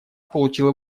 получила